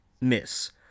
miss